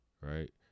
Right